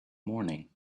morning